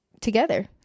together